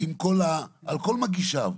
על כל מגישיו.